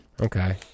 Okay